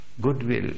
goodwill